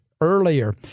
earlier